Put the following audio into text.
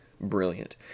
brilliant